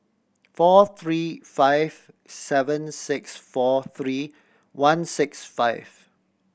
four three five seven six four three one six five